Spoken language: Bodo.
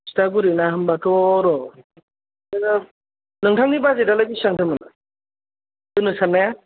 थिथागुरि ना होमबाथ' र' नोङो नोंथांनि बाजेतालाय बेसेबांथो मोन होनो सान्नाया